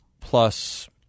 plus